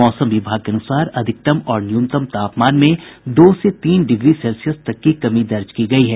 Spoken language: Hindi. मौसम विभाग के अनुसार अधिकतम और न्यूनतम तापमान में दो से तीन डिग्री सेल्सियस तक की कमी आयी है